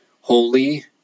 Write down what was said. holy